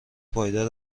پایدار